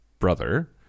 brother